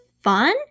fun